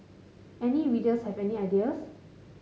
any readers have any ideas